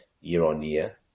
year-on-year